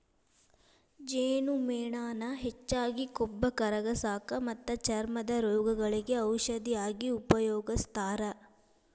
ಜೇನುಮೇಣಾನ ಹೆಚ್ಚಾಗಿ ಕೊಬ್ಬ ಕರಗಸಾಕ ಮತ್ತ ಚರ್ಮದ ರೋಗಗಳಿಗೆ ಔಷದ ಆಗಿ ಉಪಯೋಗಸ್ತಾರ